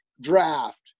draft